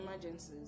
emergencies